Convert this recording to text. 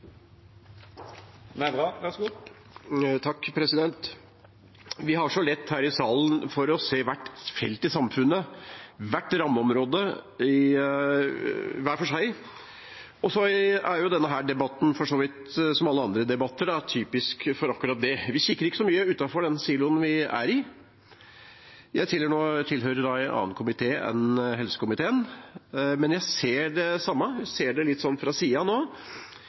Vi har her i salen så lett for å se hvert felt i samfunnet, hvert rammeområde hver for seg. Denne debatten er – for så vidt som alle andre debatter – typisk for akkurat det. Vi kikker ikke så mye utenfor den siloen vi er i. Jeg tilhører en annen komité enn helsekomiteen, men jeg ser det samme, jeg ser det litt sånn fra siden nå,